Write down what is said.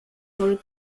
wohl